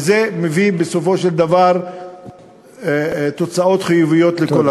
וזה מביא בסופו של דבר תוצאות חיוביות לכל האנשים.